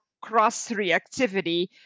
cross-reactivity